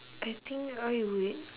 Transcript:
I think I would